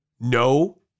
No